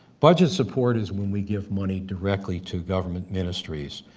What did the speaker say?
budget support is when we give money directly to government ministries.